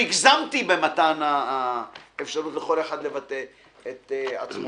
אפילו הגזמתי במתן האפשרות לכל אחד לבטא את עצמו.